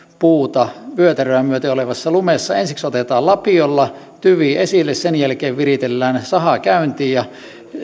puuta vyötäröä myöten olevassa lumessa ensiksi otetaan lapiolla tyvi esille sen jälkeen viritellään saha käyntiin ja